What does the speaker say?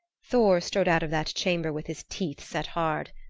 thor strode out of that chamber with his teeth set hard.